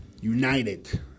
united